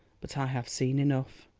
but i have seen enough.